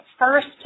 first